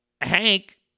Hank